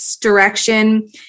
direction